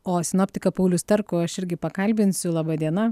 o sinoptiką paulius starkų aš irgi pakalbinsiu laba diena